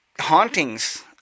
hauntings